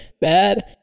bad